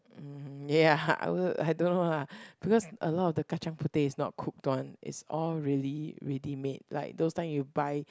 mm ya I don't know lah because a lot of the kacang-puteh is not cooked one is all really ready made like those time you buy